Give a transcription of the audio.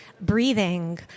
breathing